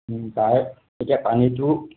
pipe এতিয়া পানীটো